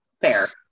fair